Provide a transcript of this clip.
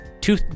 two